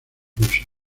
rusa